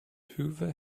hoover